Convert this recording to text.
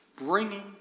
Bringing